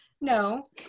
no